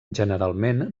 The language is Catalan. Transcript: generalment